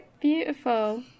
Beautiful